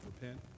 Repent